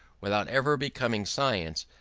without ever becoming science,